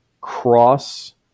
cross